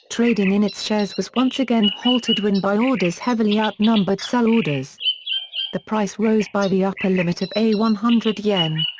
trading in its shares was once again halted when buy orders heavily outnumbered sell orders the price rose by the upper limit of one hundred yuan.